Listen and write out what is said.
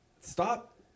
Stop